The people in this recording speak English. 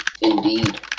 Indeed